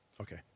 Okay